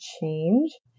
change